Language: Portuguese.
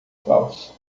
falso